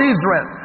Israel